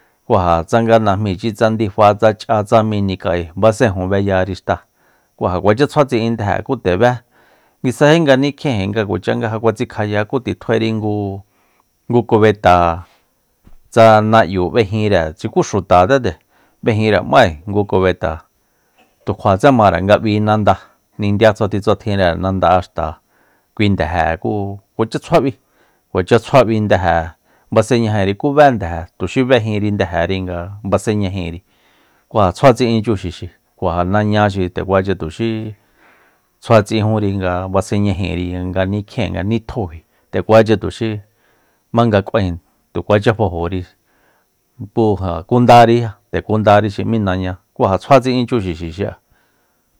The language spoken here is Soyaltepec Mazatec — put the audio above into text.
Ku ja tsanga majmíchu tsanga ndifa tsa ch'a tsa mí nika'e basejunbellari xtáa ku ja kuacha tsjua tsin'in ndeje ku ndde bé nguisaji nga nikjiéenji nga ja kuacha nga ja kuatsikjayá ku titjuairi ngu kubet tsa na'yu b'ejinre xuku xutatsé béjinre nm'ái ngu kubet tu kjuasé mare nga b'í nanda nindia tsuatjintsjuatinre nanda'e xta kui ndeje kú kuacha tsjua b'i kuacha b'i ndeje basenñajinri kú bé ndeje tuxi bejinri ndejeri nga basenñajinri ku ja tsjua tsi'in chu xixi ku ja naña xi nde kuacha tuxi tsjua ts'ijuúnri nga basenñajinri nga nikjienji nga nitjóji nde kuacha tuxi jmanga k'uain nde kuacha fajori ku ja kundariya nde kundari xi m'í naña ku ja tsjua tsi'in kui chu xi'a